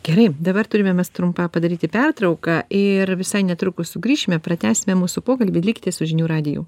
gerai dabar turime mes trumpam padaryti pertrauką ir visai netrukus sugrįšime pratęsime mūsų pokalbį likti su žinių radiju